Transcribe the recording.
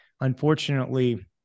unfortunately